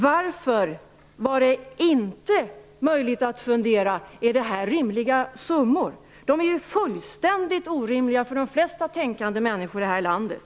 Varför var det inte möjligt att fundera över om det här var rimliga summor? De är ju fullständigt orimliga för de flesta tänkande människor i det här landet.